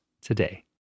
today